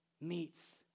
meets